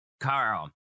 Carl